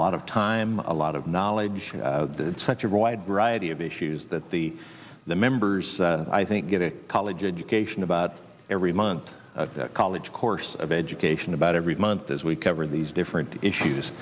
lot of time a lot of knowledge such a wide variety of issues that the the members i think get a college education about every month college course of education about every month as we cover these different issues